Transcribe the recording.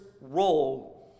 role